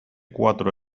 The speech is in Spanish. cuatro